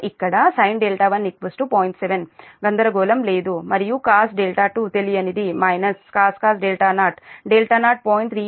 7 గందరగోళం లేదు మరియు cos 2 తెలియనిది మైనస్ cos 0 δ0 0